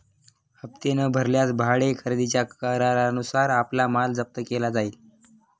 हप्ते न भरल्यास भाडे खरेदीच्या करारानुसार आपला माल जप्त केला जाईल